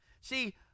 See